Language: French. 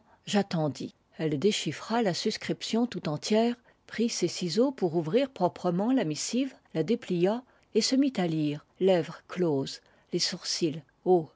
j'attendis elle déchiffra la suscription tout entière prit ses ciseaux pour ouvrir proprement la missive la déplia et se mit à lire lèvres closes les sourcils hauts